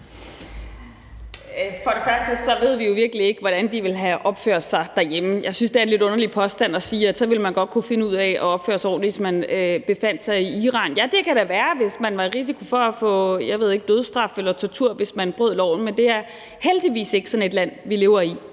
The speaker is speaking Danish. (RV): Først og fremmest ved vi jo virkelig ikke, hvordan de ville have opført sig derhjemme. Jeg synes, det er en lidt underlig påstand at komme med, at man godt ville kunne finde ud af at opføre sig ordentligt, hvis man befandt sig i Iran. Ja, det kan da være, hvis man var i risiko for at få dødsstraf eller tortur, hvis man brød loven. Men det er heldigvis ikke sådan et land, vi lever i,